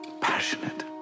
passionate